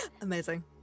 Amazing